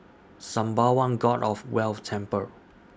Sembawang God of Wealth Temple